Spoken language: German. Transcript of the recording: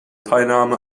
teilnahme